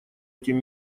этим